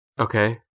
Okay